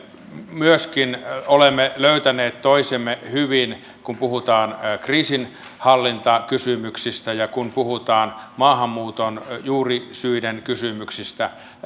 myöskin olemme löytäneet toisemme hyvin kun puhutaan kriisinhallintakysymyksistä ja kun puhutaan maahanmuuton juurisyiden kysymyksistä